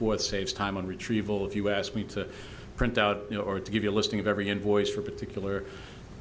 forth saves time on retrieval if you ask me to print out you know or to give you a listing of every invoice for a particular